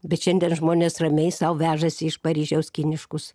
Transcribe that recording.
bet šiandien žmonės ramiai sau vežasi iš paryžiaus kiniškus